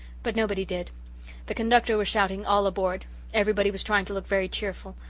but nobody did the conductor was shouting all aboard everybody was trying to look very cheerful.